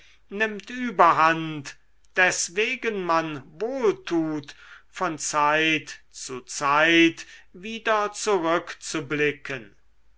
nimmt überhand deswegen man wohltut von zeit zu zeit wieder zurückzublicken